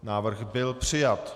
Návrh byl přijat.